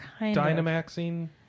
Dynamaxing